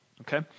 okay